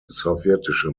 sowjetische